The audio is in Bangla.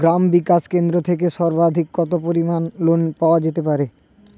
গ্রাম বিকাশ কেন্দ্র থেকে সর্বাধিক কত পরিমান লোন পাওয়া যেতে পারে?